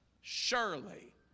surely